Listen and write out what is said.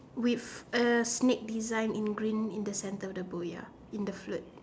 with a snake design in green in the center of the boya in the float